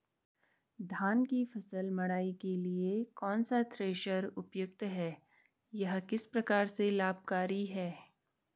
धान की फसल मड़ाई के लिए कौन सा थ्रेशर उपयुक्त है यह किस प्रकार से लाभकारी है?